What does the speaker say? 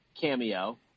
cameo